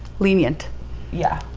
lenient yeah,